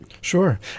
Sure